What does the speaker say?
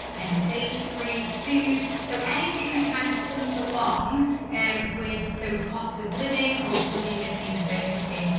any stationary, food, so anything that kind of comes along and with those costs of living or studying at university.